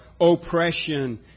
oppression